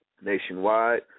nationwide